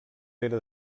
pere